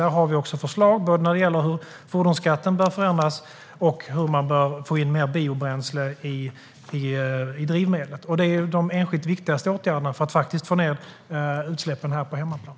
Där har vi moderater förslag för hur fordonsskatten bör förändras och hur man bör få in mer biobränsle i drivmedlet. De är de enskilt viktigaste åtgärderna för att minska utsläppen på hemmaplan.